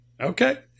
Okay